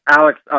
Alex